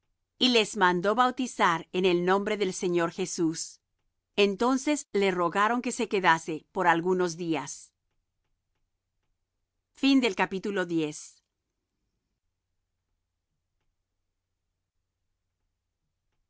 y les mandó bautizar en el nombre del señor jesús entonces le rogaron que se quedase por algunos días y